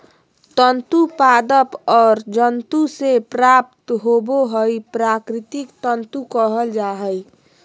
तंतु पादप और जंतु से प्राप्त होबो हइ प्राकृतिक तंतु कहल जा हइ